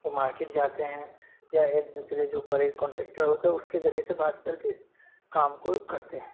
وہ مارکیٹ جاتے ہیں یا ایک دوسرے جو بڑے کانٹیکٹر ہوتے ہیں اس کے ذریعے سے بات کر کے اس کام کو کرتے ہیں